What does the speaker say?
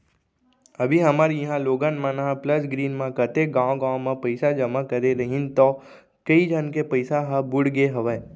अभी हमर इहॉं लोगन मन ह प्लस ग्रीन म कतेक गॉंव गॉंव म पइसा जमा करे रहिन तौ कइ झन के पइसा ह बुड़गे हवय